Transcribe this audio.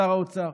שר האוצר.